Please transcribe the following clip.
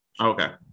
Okay